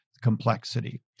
complexity